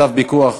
צו פיקוח